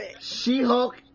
She-Hulk